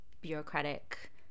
bureaucratic